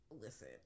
Listen